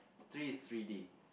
threes three-D